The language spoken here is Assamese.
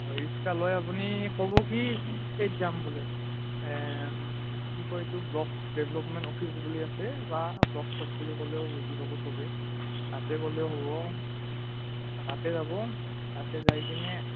অঁ ই ৰিক্সালৈ আপুনি ক'ব কি এইট যাম বোলে কি কয় এইটো ব্লক ডেভেলপমেণ্ট অফিচ বুলি আছে বা ব্লক চ'ক বুলি ক'লেও বুজি পাব চবেই তাতে গ'লেও হ'ব তাতে যাব তাতে যাই কিনে